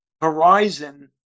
horizon